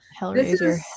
Hellraiser